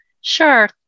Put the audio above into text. Sure